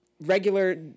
regular